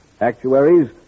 actuaries